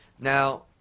Now